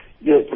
Yes